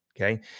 Okay